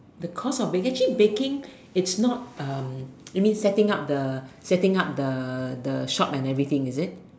the cost of baking actually baking is not um you mean setting up the setting up the the shop and everything is it